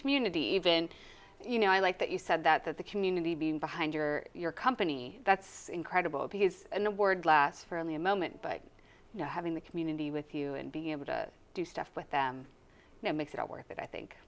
community even you know i like that you said that that the community being behind you or your company that's incredible because an award last for only a moment but you know having the community with you and being able to do stuff with them now makes it all worth it i think